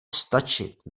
stačit